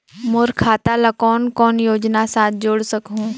मोर खाता ला कौन कौन योजना साथ जोड़ सकहुं?